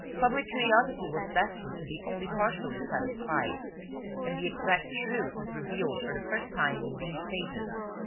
public curiosity was destined to be only partially satisfied and the exact truth is revealed for the first time in these pages.